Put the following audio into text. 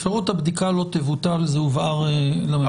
אפשרות הבדיקה לא תבוטל, זה הובהר לממשלה.